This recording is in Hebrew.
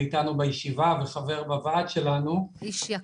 איתנו בישיבה וחבר בוועד שלנו --- איש יקר מפז.